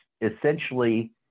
essentially